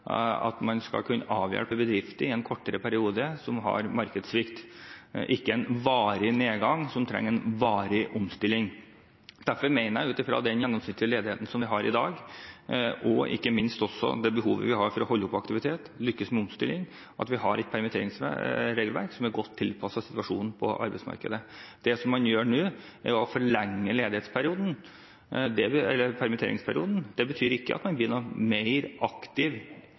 at man skal kunne avhjelpe bedrifter som har markedssvikt i en kortere periode – ikke bedrifter som har en varig nedgang, som trenger en varig omstilling. Derfor mener jeg, ut fra den gjennomsnittlige ledigheten vi har i dag, og ikke minst det behovet vi har for å holde oppe aktivitet og lykkes med omstilling, at vi har et permitteringsregelverk som er godt tilpasset situasjonen på arbeidsmarkedet. Det man gjør nå, er å forlenge permitteringsperioden. Det betyr ikke at man blir noe mer aktiv